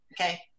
Okay